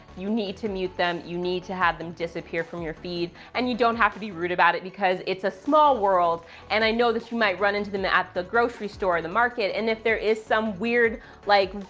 you need to mute them. you need to have them disappear from your feed, and you don't have to be rude about it, because it's a small world and i know that you might run into them at the grocery store or the market. and if there is some weird like,